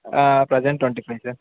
present twenty five sir